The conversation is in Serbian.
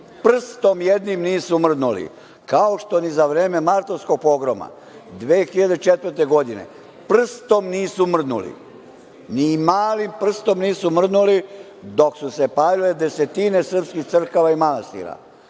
Prstom jednim nisu mrdnuli, kao što ni za vreme martovskog pogroma 2004. godine prstom nisu mrdnuli, ni malim prstom nisu mrdnuli dok su se palile desetine srpskih crkava i manastira,